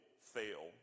fail